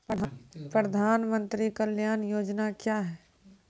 प्रधानमंत्री कल्याण योजना क्या हैं?